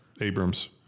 Abrams